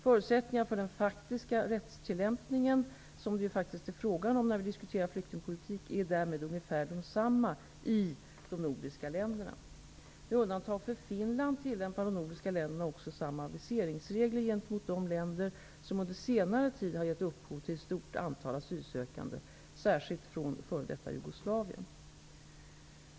Förutsättningarna för den faktiska rättstillämpningen, som det ju faktiskt är fråga om när vi diskuterar flyktingpolitik, är därmed ungefär desamma i de nordiska länderna. Med undantag för Finland tillämpar de nordiska länderna också samma viseringsregler gentemot de länder som under senare tid givit upphov till ett stort antal asylsökande, särskilt från f.d.